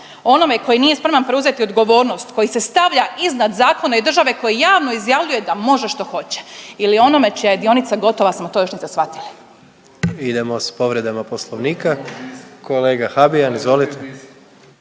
onome koji nije spreman preuzeti odgovornost, koji se stavlja iznad zakona i države, koji javno izjavljuje da može što hoće ili onome čija je dionica gotova samo to još niste shvatili? **Jandroković, Gordan (HDZ)** Idemo s povredama Poslovnika. Kolega Habijan, izvolite.